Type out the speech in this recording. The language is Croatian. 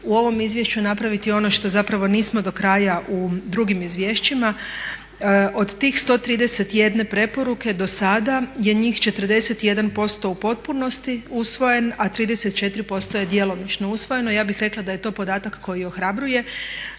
u ovom izvješću napraviti ono što zapravo nismo do kraja u drugim izvješćima. Od tih 131 preporuke dosada je njih 41% u potpunosti usvojen a 34% je djelomično usvojeno. Ja bih rekla da je to podatak koji ohrabruje